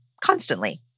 constantly